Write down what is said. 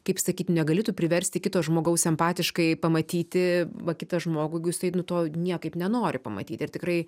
kaip sakyt negali tu priversti kito žmogaus empatiškai pamatyti va kitą žmogų jeigu jisai nu to niekaip nenori pamatyti ir tikrai